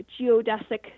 geodesic